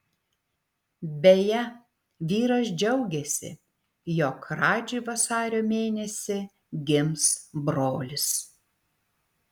beje vyras džiaugėsi jog radži vasario mėnesį gims brolis